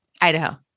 Idaho